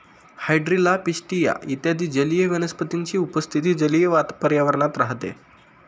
hydrilla, pistia इत्यादी जलीय वनस्पतींची उपस्थिती जलीय पर्यावरणात राहते